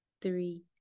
three